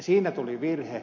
siinä tuli virhe